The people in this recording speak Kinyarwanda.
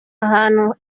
hantu